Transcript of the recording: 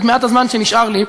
את מעט הזמן שנשאר לי,